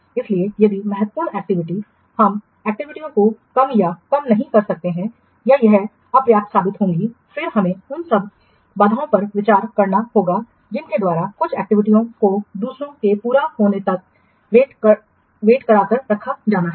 इसलिए यदि महत्वपूर्ण एक्टिविटी हम महत्वपूर्ण एक्टिविटीयों को कम या कम नहीं कर सकते हैं या यह अपर्याप्त साबित होगी फिर हमें उन अन्य बाधाओं पर विचार करना होगा जिनके द्वारा कुछ एक्टिविटीयों को दूसरों के पूरा होने तक लंबित रखा जाना है